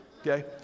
Okay